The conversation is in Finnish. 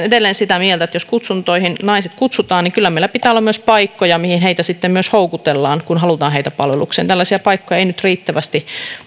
edelleen sitä mieltä että jos kutsuntoihin naiset kutsutaan niin kyllä meillä pitää olla myös paikkoja mihin heitä sitten houkutellaan kun halutaan heitä palvelukseen tällaisia paikkoja ei nyt riittävästi